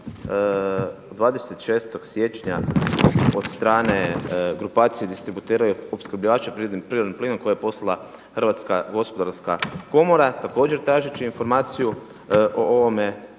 26. siječnja od strane grupacije distributera i opskrbljivača prirodnim plinom koje je poslala Hrvatska gospodarska komora također tražeći informaciju o ovome